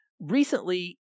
recently